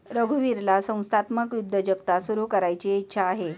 रघुवीरला संस्थात्मक उद्योजकता सुरू करायची इच्छा आहे